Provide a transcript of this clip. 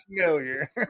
familiar